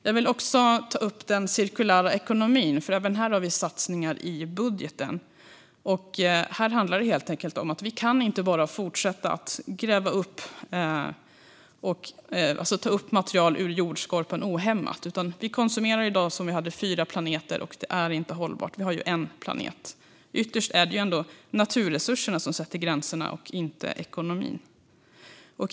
Jag vill också ta upp den cirkulära ekonomin. Även här finns satsningar i budgeten. Här handlar det helt enkelt om att vi inte kan fortsätta att gräva upp och ta material ur jordskorpan ohämmat. Vi konsumerar i dag som om det fanns fyra planeter, och det är inte hållbart. Vi har en planet. Ytterst är det naturresurserna som sätter gränserna, inte ekonomin.